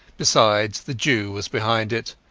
besides, the jew was behind it,